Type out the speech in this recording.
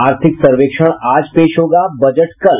आर्थिक सर्वेक्षण आज पेश होगा बजट कल